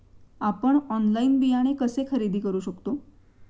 आपण ऑनलाइन बियाणे कसे खरेदी करू शकतो?